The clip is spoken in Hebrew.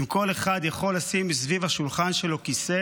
אם כל אחד יכול לשים מסביב השולחן שלו כיסא